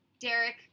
Derek